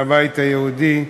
מהבית היהודי,